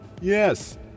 Yes